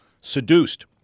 seduced